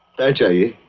reggie